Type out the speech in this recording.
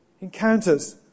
encounters